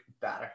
better